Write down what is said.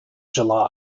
july